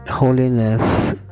holiness